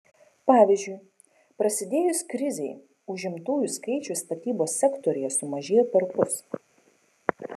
pavyzdžiui prasidėjus krizei užimtųjų skaičius statybos sektoriuje sumažėjo perpus